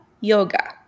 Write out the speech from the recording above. Yoga